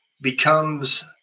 Becomes